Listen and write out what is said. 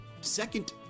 second